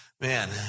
Man